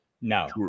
No